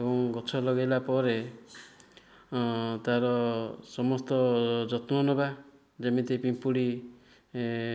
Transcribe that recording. ଏବଂ ଗଛ ଲଗେଇଲା ପରେ ତାର ସମସ୍ତ ଯତ୍ନ ନେବା ଯେମିତି ପିମ୍ପୁଡ଼ି